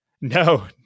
No